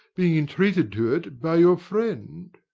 being entreated to it by your friend.